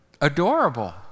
adorable